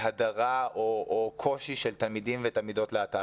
לאפשר לתלמידים להיחשף לסיפורים אישיים,